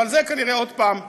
אבל זה, כנראה, עוד פעם בעייתי.